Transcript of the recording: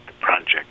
project